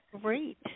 great